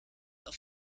auf